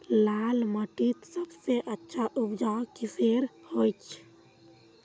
लाल माटित सबसे अच्छा उपजाऊ किसेर होचए?